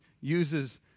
uses